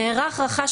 נערך לכך,